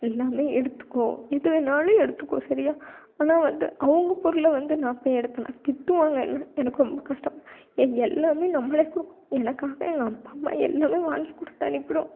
எல்லாம் எடுத்துக்கோ எது வேணாலும் எடுத்துக்கோ சரியா ஆனால் வந்து அவங்க பொருளை வந்து நான் போய் எடுத்தேனா திட்டுவாங்க என்னை எனக்கு ரொம்ப கஷ்டமாக எல்லாம் நம்மளே கொடுக்குறோம் எனக்காக எங்கள் அப்பா அம்மா என்னலாம் வாங்கிக் கொடுத்து அனுப்பி விடுவாங்க